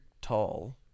tall